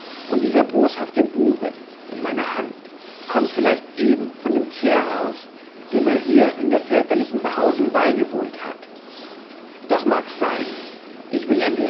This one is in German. und dieser boshafte bube in meiner hand kommt vielleicht eben von dem kehraus dem er hier in der väterlichen behausung beigewohnt hat doch mag's sein ich will